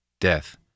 death